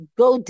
go